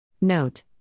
Note